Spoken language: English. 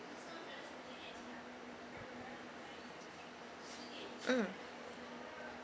mm